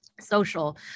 social